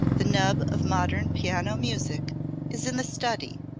the nub of modern piano music is in the study,